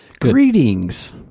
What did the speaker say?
Greetings